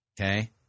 Okay